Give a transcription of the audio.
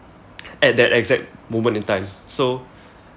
at that exact moment in time so